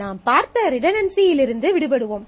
நாம் பார்த்த ரிடன்டன்சியிலிருந்து விடுபடுவோம்